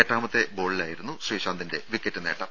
എട്ടാമത്തെ ബോളിലായിരുന്നു ശ്രീശാന്തിന്റെ വിക്കറ്റ് നേട്ടം